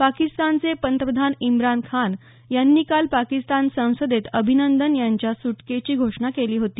पाकिस्तानचे पंतप्रधान इम्रान खान यांनी काल पाकिस्तान संसदेत अभिनंदन यांच्या सुटकेची घोषणा केली होती